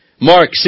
Mark